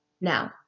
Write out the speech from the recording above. now